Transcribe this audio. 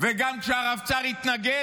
וגם כשהרבצ"ר התנגד,